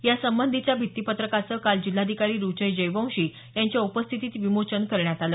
यासंबंधीच्या भित्तीपत्रकाचं काल जिल्हाधिकारी रुचेश जयवंशी यांच्या उपस्थितीत विमोचन करण्यात आलं